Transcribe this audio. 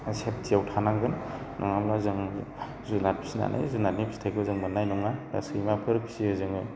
सेफथियाव थानांगोन नङाब्ला जों जुनार फिसिनानै जुनारनि फिथाइखौ जों मोननाय नङा दा सैमाफोर फिसियो जोङो